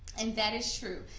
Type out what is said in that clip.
and that is true.